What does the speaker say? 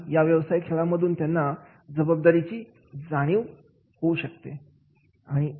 आणि या व्यवसाय खेळांमधून त्यांना जबाबदारीची जाणीव केली जाऊ शकते